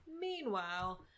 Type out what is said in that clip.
Meanwhile